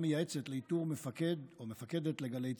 מייעצת לאיתור מפקד או מפקדת לגלי צה"ל.